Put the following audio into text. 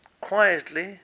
Quietly